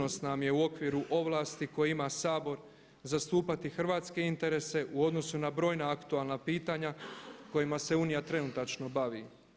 Dužnost nam je u okviru ovlasti koje ima Sabor zastupati hrvatske interese u odnosu na brojna aktualna pitanja kojima se Unija trenutačno bavi.